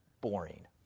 boring